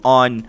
on